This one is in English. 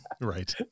Right